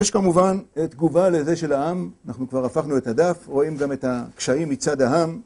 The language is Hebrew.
יש כמובן תגובה לזה של העם, אנחנו כבר הפכנו את הדף, רואים גם את הקשיים מצד העם